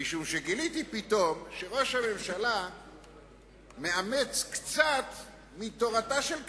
משום שגיליתי פתאום שראש הממשלה מאמץ קצת מתורתה של קדימה.